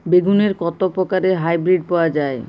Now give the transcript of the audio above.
বেগুনের কত প্রকারের হাইব্রীড পাওয়া যায়?